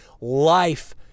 life